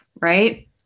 right